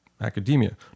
academia